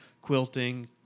quilting